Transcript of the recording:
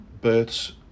births